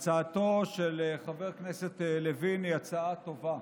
הצעתו של חבר הכנסת לוין היא הצעה טובה.